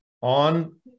on